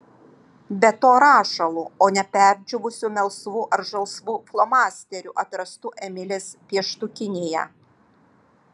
be to rašalu o ne perdžiūvusiu melsvu ar žalsvu flomasteriu atrastu emilės pieštukinėje